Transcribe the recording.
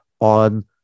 on